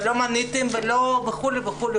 ולא מנעתם וכולי.